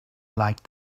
like